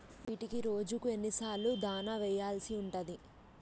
వీటికి రోజుకు ఎన్ని సార్లు దాణా వెయ్యాల్సి ఉంటది?